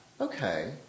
Okay